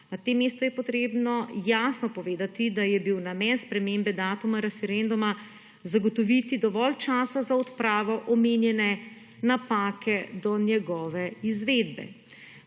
Na tem mestu je potrebno jasno povedati, da je bil namen spremembe datuma referenduma zagotoviti dovolj časa za odpravo omenjene napake do njegove izvedbe.